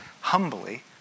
humbly